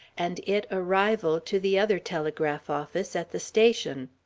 and it a rival to the other telegraph office at the station.